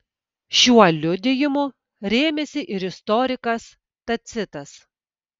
šiuo liudijimu rėmėsi ir istorikas tacitas